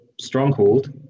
stronghold